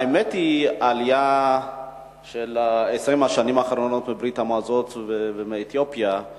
האמת היא שהעלייה של 20 השנים האחרונות מברית-המועצות ומאתיופיה היא